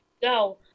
go